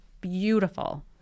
beautiful